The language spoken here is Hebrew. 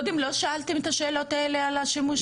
קודם לא שאלתם את השאלות האלה על השימוש בסמים?